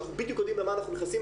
אנחנו בדיוק יודעים למה אנחנו נכנסים.